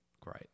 great